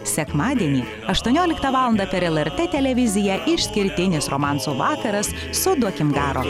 sekmadienį aštuonioliktą valandą per lrt televiziją išskirtinis romansų vakaras su duokim garo